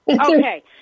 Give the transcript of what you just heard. Okay